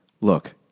look